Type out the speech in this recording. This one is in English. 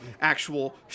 actual